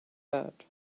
that